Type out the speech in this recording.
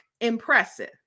impressive